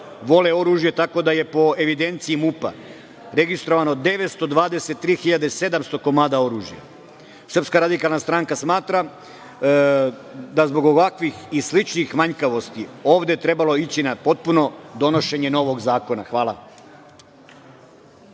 vole oružje, tako da je po evidenciji MUP-a registrovano 923.700 komada oružja. Srpska radikalna stranka smatra da zbog ovakvih i sličnih manjkavosti ovde je trebalo ići na potpuno donošenje novog zakona. Hvala.